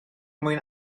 mwyn